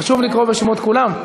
חשוב לקרוא בשמות כולם?